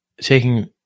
taking